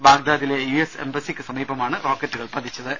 ബാഗ്ദാദിലെ U S എംബ സിക്ക് സമീപമാണ് റോക്കറ്റുകൾ പതിച്ചത്